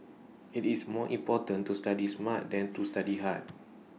IT is more important to study smart than to study hard